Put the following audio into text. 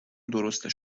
درستش